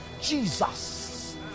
Jesus